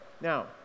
Now